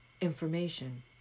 information